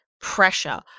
pressure